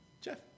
Jeff